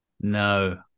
No